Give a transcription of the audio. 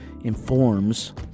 informs